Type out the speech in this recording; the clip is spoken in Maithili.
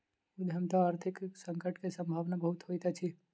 उद्यमिता में आर्थिक संकट के सम्भावना बहुत होइत अछि